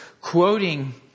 quoting